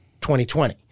2020